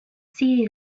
see